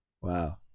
wow